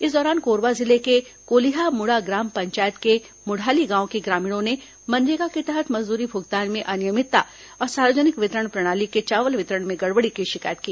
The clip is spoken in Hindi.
इस दौरान कोरबा जिले के कोलिहामुड़ा ग्राम पंचायत के मुढाली गांव के ग्रामीणों ने मनरेगा के तहत मजदूरी भुगतान में अनियमितता और सार्वजनिक वितरण प्रणाली के चावल वितरण में गड़बड़ी की शिकायत की